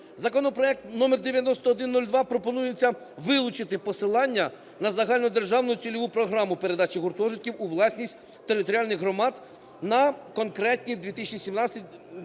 Законопроектом № 9102 пропонується вилучити посилання на загальнодержавну цільову програму передачі гуртожитків у власність територіальних громад на конкретні 2017-2021